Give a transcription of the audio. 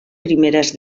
primeres